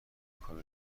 کار